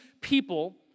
people